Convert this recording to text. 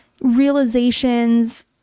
realizations